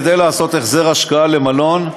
כדי לעשות החזר השקעה למלון,